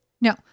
No